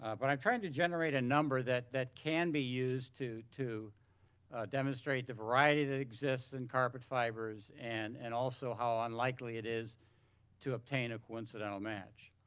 ah but i'm trying to generate a number that that can be used to to demonstrate the variety that exists in carpet fibers and and also how unlikely it is to obtain a coincidental match.